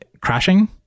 crashing